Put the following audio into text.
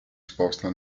sposta